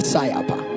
Sayapa